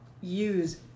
use